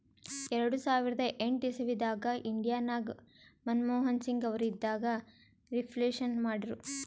ಎರಡು ಸಾವಿರದ ಎಂಟ್ ಇಸವಿದಾಗ್ ಇಂಡಿಯಾ ನಾಗ್ ಮನಮೋಹನ್ ಸಿಂಗ್ ಅವರು ಇದ್ದಾಗ ರಿಫ್ಲೇಷನ್ ಮಾಡಿರು